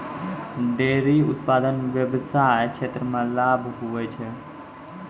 dairy उप्तादन व्याबसाय क्षेत्र मे लाभ हुवै छै